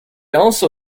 also